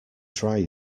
dry